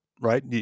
right